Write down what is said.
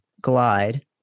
glide